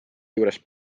juures